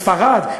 בספרד,